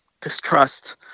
distrust